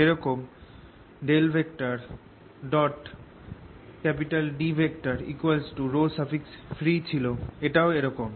যেরকম D free ছিল এটাও এরকম